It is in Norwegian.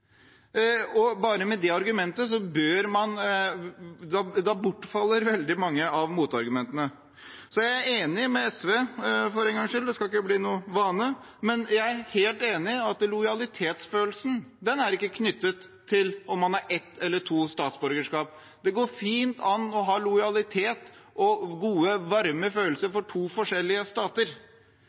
bare med det argumentet bortfaller veldig mange av motargumentene. Jeg er helt enig med SV – for en gangs skyld, det skal ikke bli noen vane – i at lojalitetsfølelsen ikke er knyttet til om man har ett eller to statsborgerskap. Det går fint an å ha lojalitet til og gode, varme følelser for to forskjellige stater,